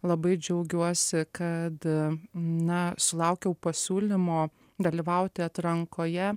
labai džiaugiuosi kad na sulaukiau pasiūlymo dalyvauti atrankoje